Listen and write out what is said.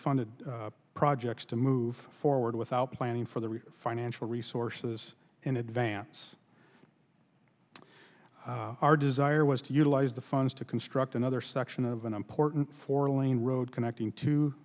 funded projects to move forward without planning for their financial resources in advance our desire was to utilize the funds to construct another section of an important four lane road connecting t